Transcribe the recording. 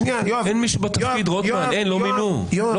אין מישהו בתפקיד, אין, לא מינו.